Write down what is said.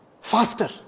faster